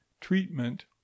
treatment